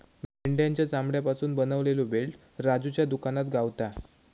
मेंढ्याच्या चामड्यापासून बनवलेलो बेल्ट राजूच्या दुकानात गावता